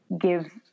give